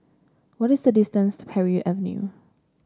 what is the distance to Parry Avenue